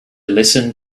listen